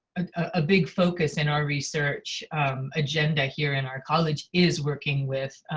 a big focus in our research agenda here in our college is working with